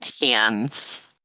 hands